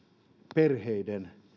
perheiden